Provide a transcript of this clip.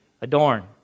adorn